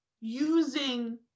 using